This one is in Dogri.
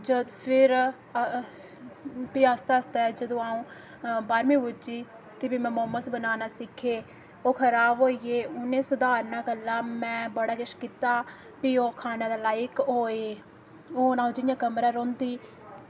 जद् फिर फ्ही आस्तै आस्तै जदूं अ'ऊं बाह्रमीं पुज्जी ते फ्ही में मौम्स बनाना सिक्खे ओह् खराब होई गे उ'नेंई सधारना कल्ला में बड़ा किश कीता फ्ही ओह् खाने दे लाइक होए हून आ'ऊं जियां कमरै रौंह्दी